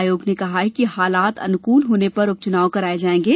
आयोग ने कहा कि हालात अनुकूल होने पर उपचुनाव कराए जाएंगे